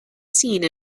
scene